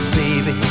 baby